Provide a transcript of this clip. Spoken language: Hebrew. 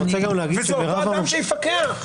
וזה אותו אדם שיפקח.